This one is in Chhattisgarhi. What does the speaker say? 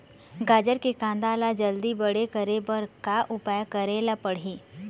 गाजर के कांदा ला जल्दी बड़े करे बर का उपाय करेला पढ़िही?